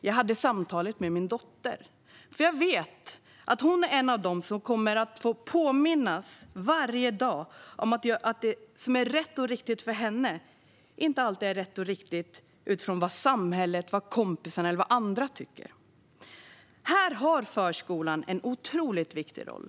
Jag hade det med min dotter, för jag vet att hon är en av dem som varje dag kommer att få påminnas om att det som är rätt och riktigt för henne inte alltid är rätt och riktigt utifrån vad samhället, kompisarna eller andra tycker. Här har förskolan en otroligt viktig roll.